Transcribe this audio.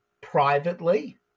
privately